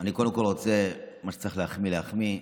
אני קודם כול רוצה, מה שצריך להחמיא, להחמיא.